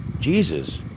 Jesus